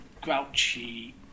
grouchy